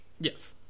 Yes